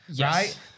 right